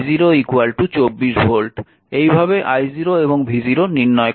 এই ভাবে i0 এবং v0 নির্ণয় করা হয়